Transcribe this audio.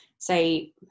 say